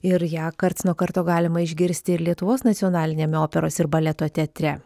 ir ją karts nuo karto galima išgirsti ir lietuvos nacionaliniame operos ir baleto teatre